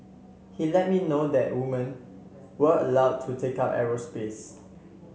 he let me know that women were allowed to take up aerospace